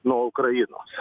nuo ukrainos